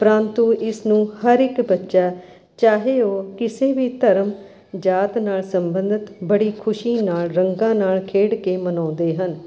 ਪ੍ਰੰਤੂ ਇਸ ਨੂੰ ਹਰ ਇੱਕ ਬੱਚਾ ਚਾਹੇ ਉਹ ਕਿਸੇ ਵੀ ਧਰਮ ਜਾਤ ਨਾਲ਼ ਸੰਬੰਧਿਤ ਬੜੀ ਖੁਸ਼ੀ ਨਾਲ਼ ਰੰਗਾਂ ਨਾਲ਼ ਖੇਡ ਕੇ ਮਨਾਉਂਦੇ ਹਨ